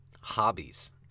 hobbies